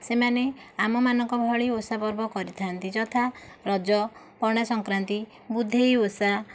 ସେମାନେ ଆମମାନଙ୍କ ଭଳି ଓଷା ପର୍ବ କରିଥାନ୍ତି ଯଥା ରଜ ପଣା ସଂକ୍ରାନ୍ତି ବୁଧେଇ ଓଷା